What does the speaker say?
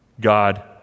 God